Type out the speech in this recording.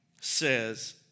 says